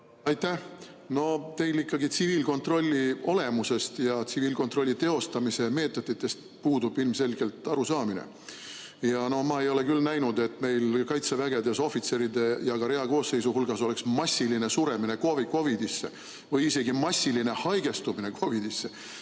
Aitäh! No teil ikkagi puudub tsiviilkontrolli olemusest ja tsiviilkontrolli teostamise meetoditest ilmselgelt arusaamine. Ma ei ole küll näinud, et Kaitseväes ohvitseride ja reakoosseisu hulgas oleks massiline suremine COVID‑isse või isegi massiline haigestumine COVID‑isse.